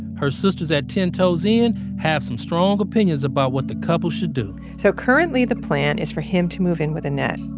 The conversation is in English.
her sisters at ten toes in have some strong opinions about what the couple should do so currently the plan is for him to move in with annette.